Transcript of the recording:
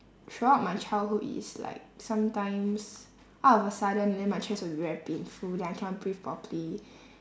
throughout my childhood is like sometimes all of a sudden then my chest will be very painful then I cannot breathe properly